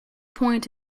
point